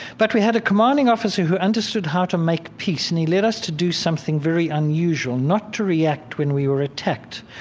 but we had a commanding officer who understood how to make peace, and he led us to do something very unusual not to react when we were attacked.